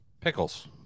pickles